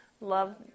Love